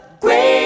Great